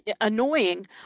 annoying